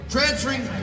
Transferring